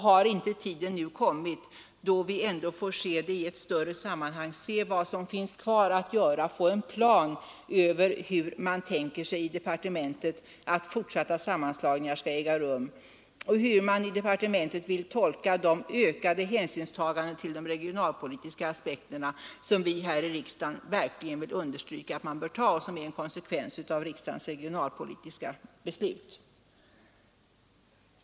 Har inte tiden nu kommit då vi ändå bör se frågan i ett större sammanhang, se vad som återstår att göra och få en plan över hur man i departementet tänker sig att fortsatta sammanslagningar skall äga rum och hur man i departementet vill tolka det ökade hänsynstagande till de regionalpolitiska aspekterna som vi här i riksdagen verkligen vill understryka att man bör ta och som är en konsekvens av riksdagens regionalpolitiska beslut.